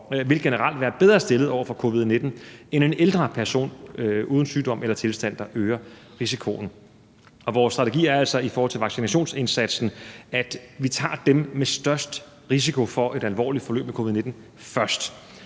vil generelt være bedre stillet over for covid-19 end en ældre person uden sygdom eller tilstande, der øger risikoen. Vores strategi er altså i forhold til vaccinationsindsatsen, at vi tager dem med størst risiko for et alvorligt forløb med covid-19 først.